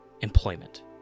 employment